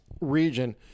region